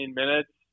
minutes